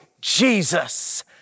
Jesus